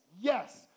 Yes